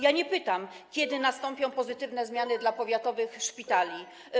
Ja nie pytam, kiedy nastąpią pozytywne zmiany dla powiatowych szpitali.